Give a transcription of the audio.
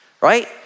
right